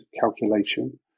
calculation